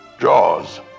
Jaws